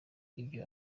ibyo